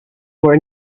more